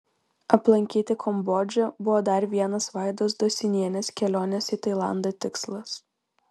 aplankyti kambodžą buvo dar vienas vaidos dosinienės kelionės į tailandą tikslas